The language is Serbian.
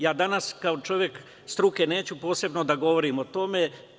Ja danas, kao čovek struke, neću posebno da govorim o tome.